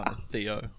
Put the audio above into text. Theo